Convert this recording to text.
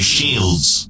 Shields